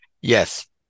Yes